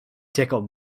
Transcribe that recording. tickle